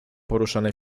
poruszane